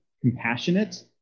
compassionate